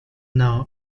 now